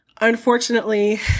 Unfortunately